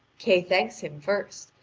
kay thanks him first,